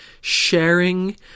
sharing